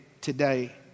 today